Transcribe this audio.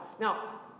Now